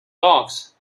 talks